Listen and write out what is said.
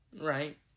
right